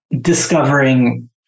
discovering